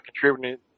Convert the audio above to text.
contributing